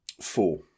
Four